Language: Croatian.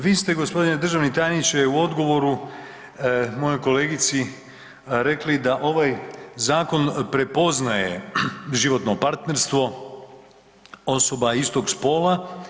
Vi ste g. državni tajniče u odgovoru mojoj kolegici rekli da ovaj zakon prepoznaje životno partnerstvo osoba istog spola.